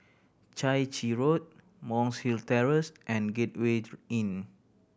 Chai Chee Road Monk's Hill Terrace and Gateway Inn